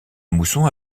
mousson